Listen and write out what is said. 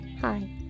Hi